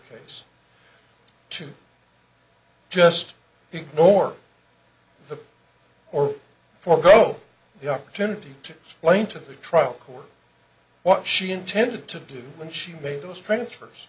case to just ignore or forgo the opportunity to explain to the trial court what she intended to do when she made those transfers